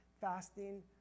fasting